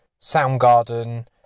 Soundgarden